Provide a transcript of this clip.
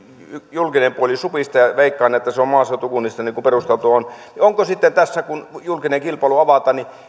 julkinen puoli supistuu ja veikkaan että niin on maaseutukunnissa niin kuin perusteltua on kun julkinen kilpailu avataan